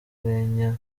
rwenya